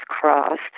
crossed